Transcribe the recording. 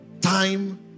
time